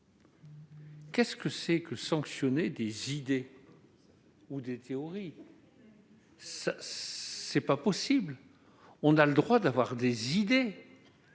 Quel sens y a-t-il à sanctionner des idées ou des théories ? Cela n'est pas possible ! On a le droit d'avoir des idées